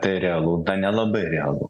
tai realu ta nelabai realu